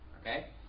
Okay